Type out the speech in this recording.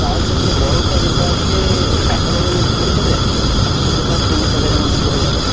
size হচ্ছে বড়টা যেটা আছে ষাট হাজারের মধ্যে পড়ে যাবে আর ছোটটা চল্লিশ হাজারের মধ্যে পড়ে যাবে